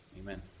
amen